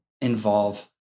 involve